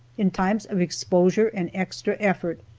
in times of exposure and extra effort,